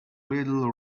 little